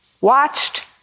watched